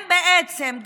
הם בעצם,